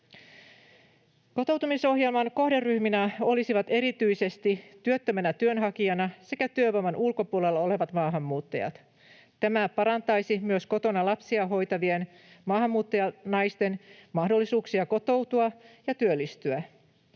Kotouttamisohjelman kohderyhmänä olisivat erityisesti työttömänä työnhakijana sekä työvoiman ulkopuolella olevat maahanmuuttajat. Tämä parantaisi myös kotona lapsia hoitavien maahanmuuttajanaisten mahdollisuuksia kotoutua ja työllistyä.